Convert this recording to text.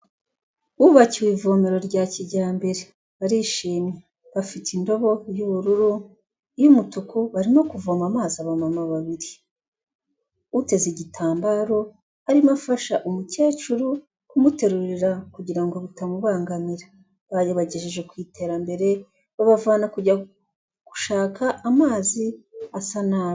Bubakiwe ivomero rya kijyambere barishimye bafite indobo y'ubururu , iy'umutuku barimo kuvoma amazi aba mama babiri. Uteze igitambaro arimo afasha umukecuru kumuterurira kugira ngo bitamubangamira, bari bagejeje ku iterambere babavana kujya gushaka amazi asa nabi.